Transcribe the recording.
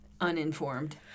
uninformed